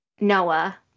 Noah